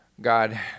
God